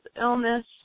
illness